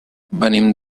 venim